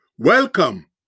Welcome